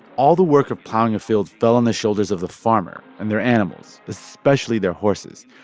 all the work of plowing a field fell on the shoulders of the farmer and their animals, especially their horses.